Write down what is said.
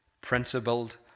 principled